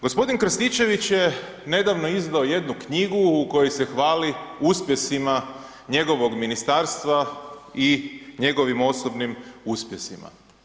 G. Krstičević je nedavno izdao jednu knjigu u kojoj se hvali uspjesima njegovog ministarstva i njegovim osobnim uspjesima.